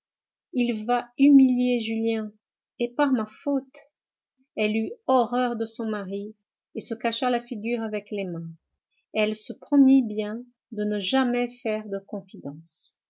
il va humilier julien et par ma faute elle eut horreur de son mari et se cacha la figure avec les mains elle se promit bien de ne jamais faire de confidences